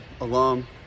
alum